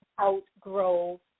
outgrow